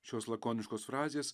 šios lakoniškos frazės